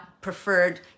preferred